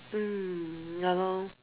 mm ya lor